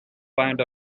find